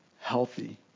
Healthy